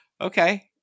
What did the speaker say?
Okay